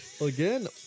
Again